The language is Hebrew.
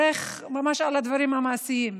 אלך ממש על הדברים המעשיים: